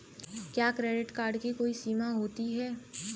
क्या credit card की कोई समय सीमा होती है?